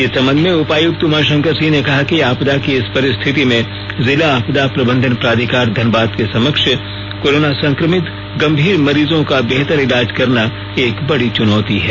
इस संबंध में उपायुक्त उमा शंकर सिंह ने कहा कि आपदा की इस परिस्थिति में जिला आपदा प्रबंधन प्राधिकार धनबाद के समक्ष कोरोना संक्रमित गंभीर मरीजों का बेहतर इलाज करना एक बड़ी चुनौती है